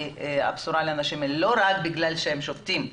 את הבשורה לאנשים האלה לא רק בגלל שהם שובתים,